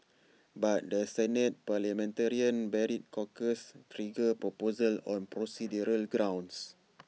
but the Senate parliamentarian barred Corker's trigger proposal on procedural grounds